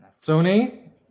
Sony